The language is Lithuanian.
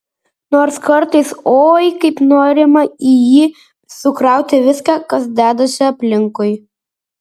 nors kartais oi kaip norima į jį sukrauti viską kas dedasi aplinkui